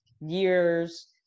years